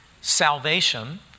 salvation